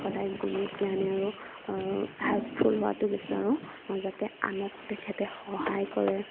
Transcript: সদায় গুণী জ্ঞানী আৰু হেল্পফুল হোৱাটো বিচাৰো যাতে আনক তেখেতে সহায় কৰে